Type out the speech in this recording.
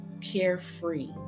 carefree